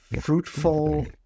fruitful